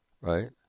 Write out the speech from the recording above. right